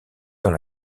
dans